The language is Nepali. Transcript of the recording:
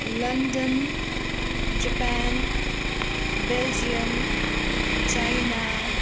London Japan Belgium China